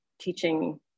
teaching